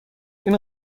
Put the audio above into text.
این